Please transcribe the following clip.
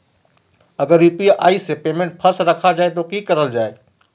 अगर यू.पी.आई से पेमेंट फस रखा जाए तो की करल जाए?